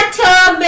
tub